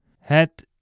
Het